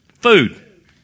Food